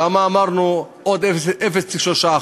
למה אמרנו עוד 0.3%?